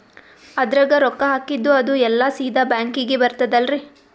ಅದ್ರಗ ರೊಕ್ಕ ಹಾಕಿದ್ದು ಅದು ಎಲ್ಲಾ ಸೀದಾ ಬ್ಯಾಂಕಿಗಿ ಬರ್ತದಲ್ರಿ?